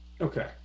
Okay